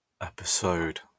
episode